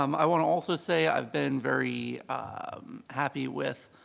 um i want to also say i've been very happy with,